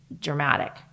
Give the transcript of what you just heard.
Dramatic